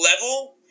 level